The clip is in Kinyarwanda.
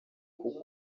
kuko